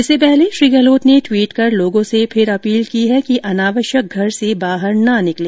इससे पहले श्री गहलोत ने ट्वीट कर लोगों से फिर अपील की है कि अनावश्यक घर से बाहर ना निकले